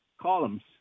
columns